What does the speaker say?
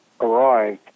arrived